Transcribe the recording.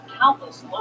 countless